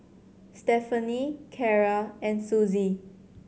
Stephani Carra and Suzy